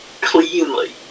Cleanly